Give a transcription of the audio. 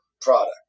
product